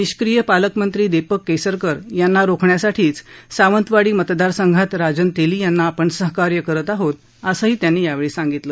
निष्क्रिय पालकमंत्री दीपक केसरकर याना रोखण्यासाठीच सावंतवाडी मतदारसंघात राजन तेली यांना सहकार्य करत आहोत असंही त्यांनी यावेळी सांगितलं